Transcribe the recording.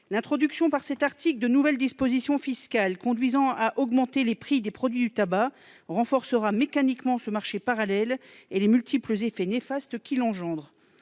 L'introduction par cet article de nouvelles dispositions fiscales conduisant à augmenter les prix des produits du tabac renforcera mécaniquement ce marché parallèle et les multiples effets néfastes qu'il engendre.